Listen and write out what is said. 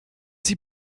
sie